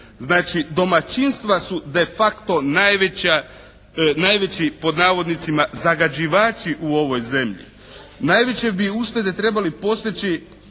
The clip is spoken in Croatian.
Znači domaćinstva su de facto najveći pod navodnicima, zagađivači u ovoj zemlji. Najveće bi uštede trebali postići